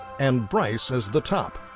and bryce as the top.